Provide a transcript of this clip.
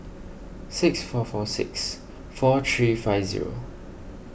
six four four six four three five zero